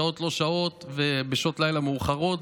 שעות לא שעות ושעות לילה מאוחרות,